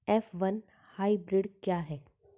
F one hybrid क्या है?